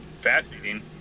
fascinating